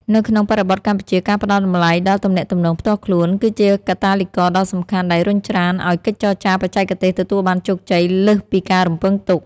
នៅក្នុងបរិបទកម្ពុជា ការផ្តល់តម្លៃដល់ទំនាក់ទំនងផ្ទាល់ខ្លួន គឺជាកាតាលីករដ៏សំខាន់ដែលរុញច្រានឱ្យកិច្ចចរចាបច្ចេកទេសទទួលបានជោគជ័យលើសពីការរំពឹងទុក។